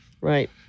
Right